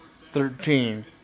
thirteen